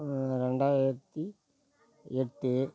ரெண்டாயிரத்தி எட்டு